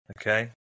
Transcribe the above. Okay